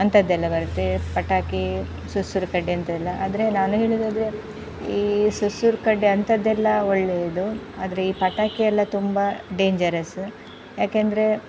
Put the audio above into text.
ಅಂಥದ್ದೆಲ್ಲ ಬರುತ್ತೆ ಪಟಾಕಿ ಸುರು ಸುರು ಕಡ್ಡಿ ಅಂಥವೆಲ್ಲ ಆದರೆ ನಾನು ಹೇಳುದಾದರೆ ಈ ಸುರು ಸುರು ಕಡ್ಡಿ ಅಂಥದ್ದೆಲ್ಲ ಒಳ್ಳೆಯದು ಆದರೆ ಈ ಪಟಾಕಿಯೆಲ್ಲ ತುಂಬ ಡೇಂಜರಸ್ಸ ಯಾಕಂದರೆ